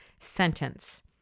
sentence